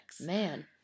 Man